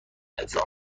انسان